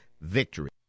VICTORY